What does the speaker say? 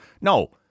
no